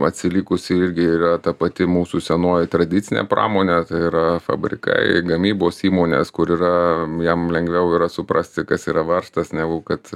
atsilikusi irgi yra ta pati mūsų senoji tradicinė pramonė tai yra fabrikai gamybos įmonės kur yra jiem lengviau yra suprasti kas yra varžtas negu kad